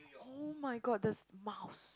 [oh]-my-god the mouse